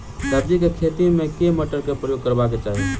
सब्जी केँ खेती मे केँ मोटर केँ प्रयोग करबाक चाहि?